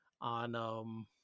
on